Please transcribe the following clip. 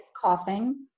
coughing